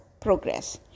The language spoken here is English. progress